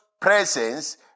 presence